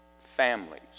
families